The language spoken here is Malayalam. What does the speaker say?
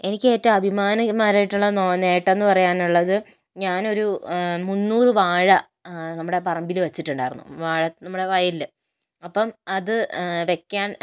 എനിക്ക് ഏറ്റവും അഭിമാനകരമായിട്ടുള്ള നോ നേട്ടം എന്ന് പറയാനുള്ളത് ഞാനൊരു മുന്നൂറു വാഴ നമ്മുടെ പറമ്പില് വച്ചിട്ടുണ്ടായിരുന്നു വാഴ നമ്മുടെ വയലില് അപ്പം അത് വയ്ക്കാന്